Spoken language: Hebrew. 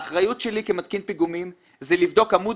אחריותי כמתקין פיגומים היא לבדוק כל עמוד